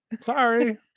Sorry